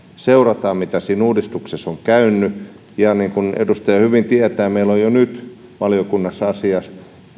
seurataan miten siinä uudistuksessa on käynyt ja niin kuin edustaja hyvin tietää meillä on jo nyt valiokunnassa asia